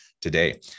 today